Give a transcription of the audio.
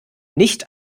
nicht